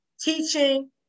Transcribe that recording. teaching